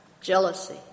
jealousy